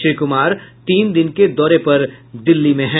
श्री कुमार तीन दिन के दौरे पर दिल्ली में हैं